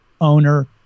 owner